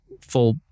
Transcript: full